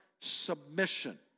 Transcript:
submission